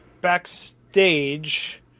Backstage